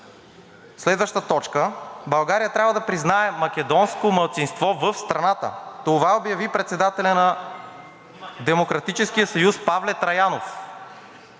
следваща точка – България трябва да признае македонско малцинство в страната. Това обяви председателят на Демократическия съюз Павле Траянов,